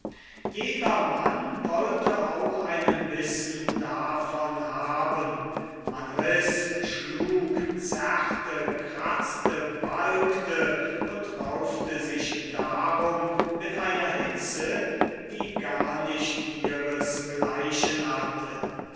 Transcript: jedermann wollte auch einen bissen davon haben man riß schlug zerrte kratzte balgte und raufte sich darum mit einer hitze die gar nicht ihres gleichen hatte